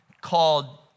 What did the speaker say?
called